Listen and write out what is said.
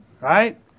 Right